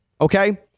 Okay